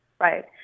right